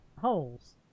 holes